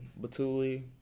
Batuli